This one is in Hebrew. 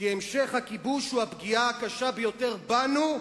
כי המשך הכיבוש הוא הפגיעה הקשה ביותר בנו,